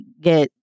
get